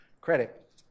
credit